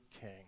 king